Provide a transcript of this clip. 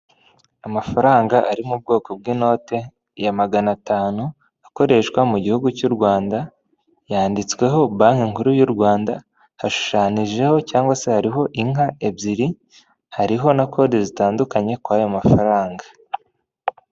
Amafaranga ari mu bwoko bw'inote ya magana atanu, akoreshwa mu gihugu cy' u Rwanda yanditsweho banki nkuru y'u ywanda, hashushananijeho cyangwa se hariho inka ebyiri hariho na kode zitandukanye kuri aya mafaranga.